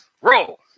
roll